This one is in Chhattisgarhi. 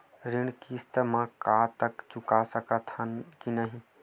ऋण किस्त मा तक चुका सकत हन कि नहीं?